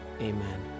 Amen